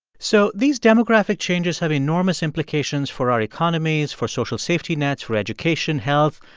so these demographic changes have enormous implications for our economies, for social safety nets, for education, health,